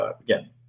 again